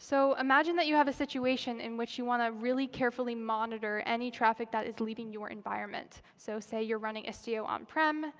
so imagine that you have a situation in which you want to really carefully monitor any traffic that is leaving your environment. so say you're running istio on-prem